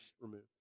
removed